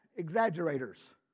exaggerators